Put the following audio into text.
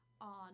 on